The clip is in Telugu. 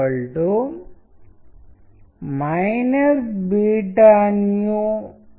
దీని ద్వారా మనం సరిగ్గా అర్థంచేసుకోవలసింది ఏమిటి